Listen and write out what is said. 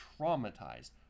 traumatized